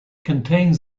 contains